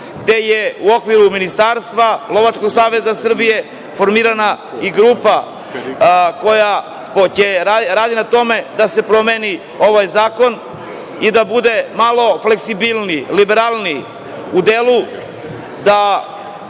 gde je u okviru Ministarstva, Lovačkog saveza Srbije, formirana i grupa koja radi na tome da se promeni ovaj zakon i da bude malo fleksibilniji, liberalniji u delu